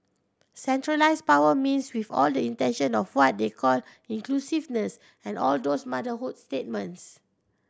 centralised power means with all the intention of what they call inclusiveness and all those motherhood statements